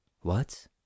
What